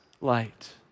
light